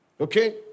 okay